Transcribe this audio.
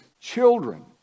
children